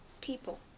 people